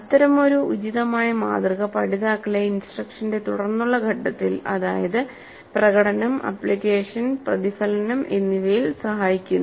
അത്തരമൊരു ഉചിതമായ മാതൃക പഠിതാക്കളെ ഇൻസ്ട്രക്ഷന്റെ തുടർന്നുള്ള ഘട്ടങ്ങളിൽ അതായത് പ്രകടനം ആപ്ലിക്കേഷൻ പ്രതിഫലനം എന്നിവയിൽ സഹായിക്കുന്നു